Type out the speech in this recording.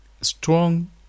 strong